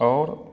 आओर